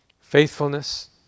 Faithfulness